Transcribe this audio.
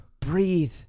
breathe